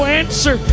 answer